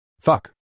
Fuck